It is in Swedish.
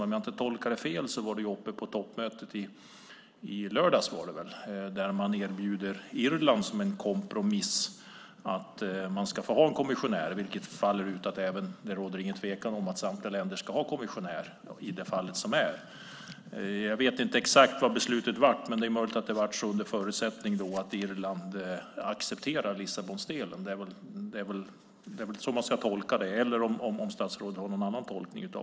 Om jag inte tolkar det fel var detta uppe på toppmötet i lördags, där man som en kompromiss erbjuder Irland att få ha en kommissionär. Det råder då ingen tvekan om att samtliga länder ska ha en kommissionär. Jag vet inte exakt vad beslutet blev, men det är möjligt att det var under förutsättning att Irland accepterar Lissabondelen. Det är väl så man ska tolka det, om inte statsrådet har en annan tolkning.